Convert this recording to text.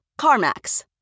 CarMax